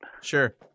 Sure